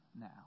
now